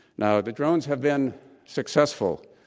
now, the drones have been successful.